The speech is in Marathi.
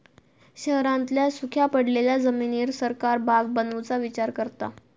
शहरांतल्या सुख्या पडलेल्या जमिनीर सरकार बाग बनवुचा विचार करता